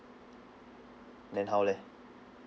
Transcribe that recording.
then how leh